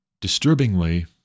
disturbingly